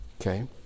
Okay